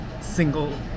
single